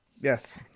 Yes